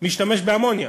משתמש באמוניה.